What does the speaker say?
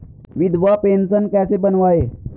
विधवा पेंशन कैसे बनवायें?